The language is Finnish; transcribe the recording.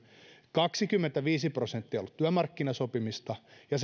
kaksikymmentäviisi prosenttia on ollut työmarkkinasopimista ja